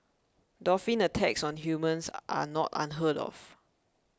dolphin attacks on humans are not unheard of